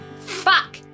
Fuck